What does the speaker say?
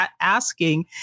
asking